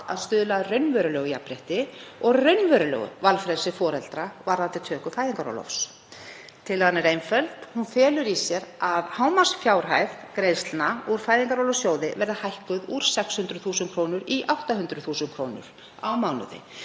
að stuðla að raunverulegu jafnrétti og raunverulegu valfrelsi foreldra varðandi töku fæðingarorlofs. Tillagan er einföld. Hún felur í sér að hámarksfjárhæð greiðslna úr Fæðingarorlofssjóði verði hækkuð úr 600.000 kr. í 800.000 kr. á mánuði.